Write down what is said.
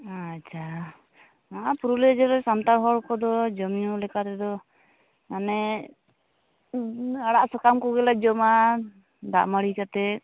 ᱟᱪᱪᱷᱟ ᱱᱚᱣᱟ ᱯᱩᱨᱩᱞᱤᱭᱟᱹ ᱡᱮᱞᱟ ᱨᱮ ᱥᱟᱱᱛᱟᱲ ᱦᱚᱲ ᱠᱚᱫᱚ ᱡᱚᱢ ᱧᱩ ᱞᱮᱠᱟ ᱛᱮᱫᱚ ᱢᱟᱱᱮ ᱟᱲᱟᱜ ᱥᱟᱠᱟᱢ ᱠᱚᱜᱮ ᱞᱮ ᱡᱚᱢᱟ ᱫᱟᱜ ᱢᱟᱹᱲᱤ ᱠᱟᱛᱮᱫ